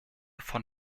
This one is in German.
von